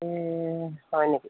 হয়নি